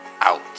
out